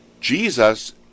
Jesus